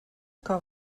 que